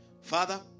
Father